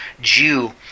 Jew